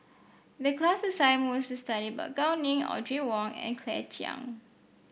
the class assignment was to study about Gao Ning Audrey Wong and Claire Chiang